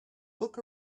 book